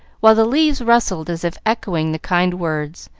while the leaves rustled as if echoing the kind words,